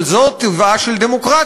אבל זה טיבה של דמוקרטיה,